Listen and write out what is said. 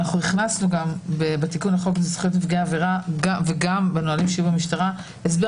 הכנסנו בתיקון לחוק לזכויות נפגעי עבירה וגם בנהלים של המשטרה הסבר